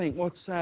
what